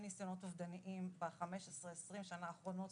ניסיונות אובדניים ב-20-15 השנים האחרונות.